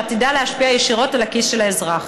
והיא עתידה להשפיע ישירות על הכיס של האזרח.